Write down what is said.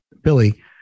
Billy